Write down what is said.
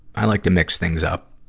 i like to mix things up.